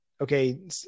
okay